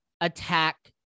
attack